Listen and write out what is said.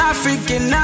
African